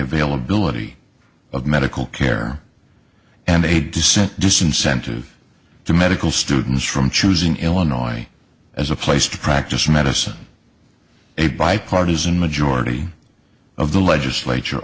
availability of medical care and a descent disincentive to medical students from choosing illinois as a place to practice medicine a bipartisan majority of the legislature